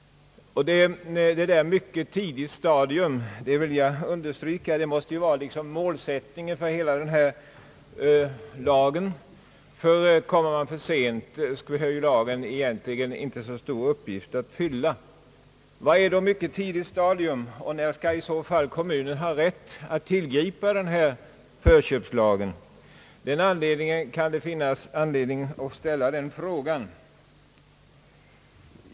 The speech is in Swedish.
Jag vill understryka att »mycket tidigt stadium» måste vara målsättningen för hur den här lagen tillämpas. Kommer man sent, har ju lagen inte så stor uppgift att fylla. Vad är då mycket tidigt stadium, och när kan kommunen i så fall tillgripa förköpslagen? Det kan finnas anledning att ställa den frågan.